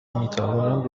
میتوانم